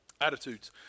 attitudes